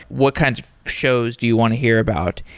what kinds of shows do you want to hear about?